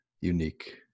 unique